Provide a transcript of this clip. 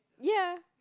ya